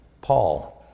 Paul